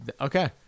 okay